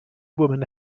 woman